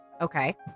Okay